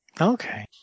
Okay